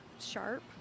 sharp